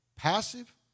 Passive